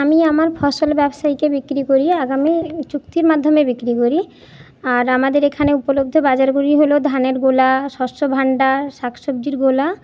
আমি আমার ফসল ব্যবসায়ীকে বিক্রি করি আগামী চুক্তির মাধ্যমে বিক্রি করি আর আমাদের এখানে উপলব্ধ বাজারগুলি হল ধানের গোলা শস্য ভাণ্ডার শাক সবজির গোলা